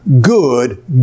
good